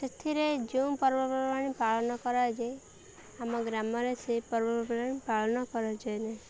ସେଥିରେ ଯେଉଁ ପର୍ବପର୍ବାଣି ପାଳନ କରାଯାଏ ଆମ ଗ୍ରାମରେ ସେଇ ପର୍ବପର୍ବାଣି ପାଳନ କରାଯାଏ ନାହିଁ